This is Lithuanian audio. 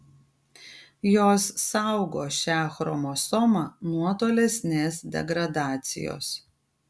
jos saugo šią chromosomą nuo tolesnės degradacijos